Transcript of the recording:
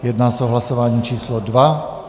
Jedná se o hlasování číslo 2.